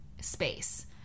space